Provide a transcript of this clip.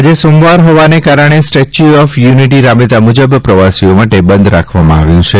આજે સોમવાર હોવાને કારણે સ્ટેચ્યુ ઓફ યુનિટી રાબેતા મુજબ પ્રવાસીઓ માટે બંધ રાખવામાં આવ્યું છે